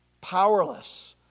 powerless